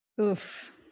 oof